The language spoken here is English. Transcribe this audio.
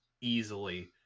easily